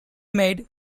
made